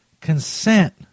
consent